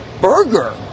burger